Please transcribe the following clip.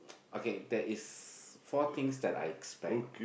okay there is four things that I expect